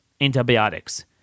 antibiotics